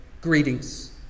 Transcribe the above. greetings